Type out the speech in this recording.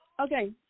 Okay